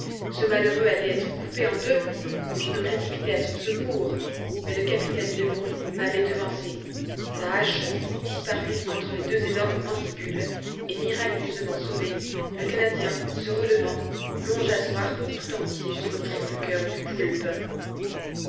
ce malheureux allait être coupé en deux je me précipitai à son secours mais le capitaine nemo m'avait devancé sa hache disparut entre les deux énormes mandibules et miraculeusement sauvé le canadien se relevant plongea son harpon tout entier jusqu'au triple coeur du poulpe